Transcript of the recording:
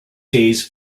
days